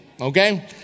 Okay